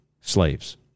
slaves